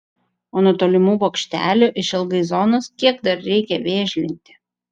o nuo tolimų bokštelių išilgai zonos kiek dar reikia vėžlinti